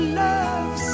love